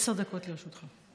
עשר דקות לרשותך.